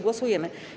Głosujemy.